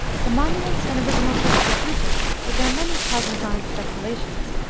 the monuments and original texts of egypt, with their many cosmogonic speculations,